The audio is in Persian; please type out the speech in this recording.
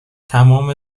تمام